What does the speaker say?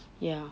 ya